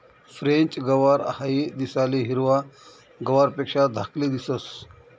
French गवार हाई दिसाले हिरवा गवारपेक्षा धाकली दिसंस